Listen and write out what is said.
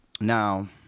Now